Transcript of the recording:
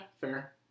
fair